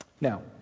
Now